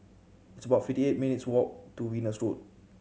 it's about fifty eight minutes' walk to Venus Road